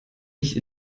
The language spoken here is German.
nicht